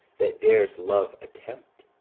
that dares love attempt.